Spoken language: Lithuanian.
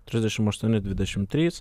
trisdešimt aštuoni dvidešimt trys